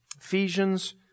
Ephesians